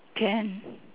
can